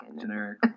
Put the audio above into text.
Generic